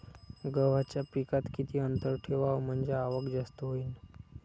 गव्हाच्या पिकात किती अंतर ठेवाव म्हनजे आवक जास्त होईन?